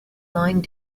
line